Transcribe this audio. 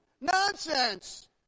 Nonsense